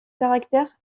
caractère